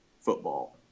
football